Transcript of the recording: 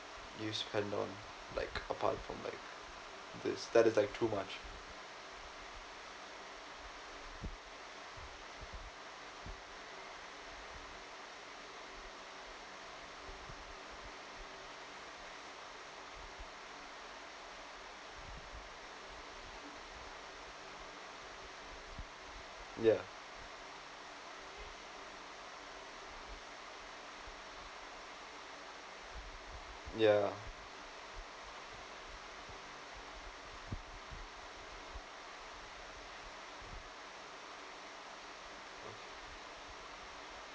you spend on like apart from like this that is like too much yeah yeah